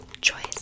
choice